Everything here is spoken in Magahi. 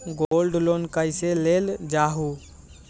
गोल्ड लोन कईसे लेल जाहु?